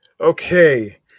okay